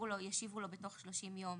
שישיבו לו תוך 30 יום